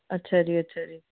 ਅੱਛਾ ਜੀ ਅੱਛਾ ਜੀ